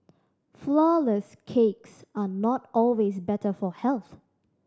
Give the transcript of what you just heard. flourless cakes are not always better for health